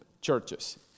churches